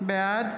בעד